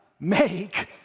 Make